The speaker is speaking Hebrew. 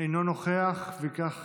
אינו נוכח, וכך